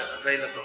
available